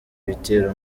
ibitero